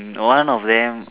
mm one of them